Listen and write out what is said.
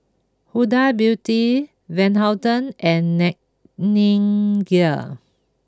Huda Beauty Van Houten and Nightingale